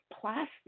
plastic